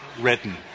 written